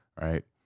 right